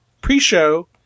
pre-show